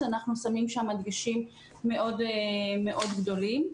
ולכן אנחנו שמים שם דגשים מאוד מאוד גדולים.